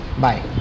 Bye